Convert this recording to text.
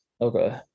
Okay